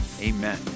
amen